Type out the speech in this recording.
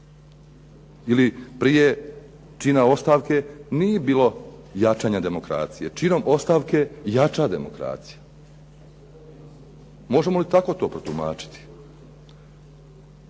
Ili prije čina ostavke nije bilo jačanja demokracije, činom ostavke jača demokracija. Molimo li tako to protumačiti?